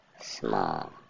small